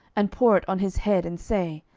and pour it on his head, and say,